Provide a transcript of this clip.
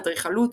אדריכלות,